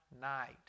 night